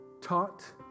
taught